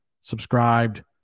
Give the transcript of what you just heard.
subscribed